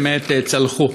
באמת צלחו.